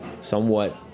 somewhat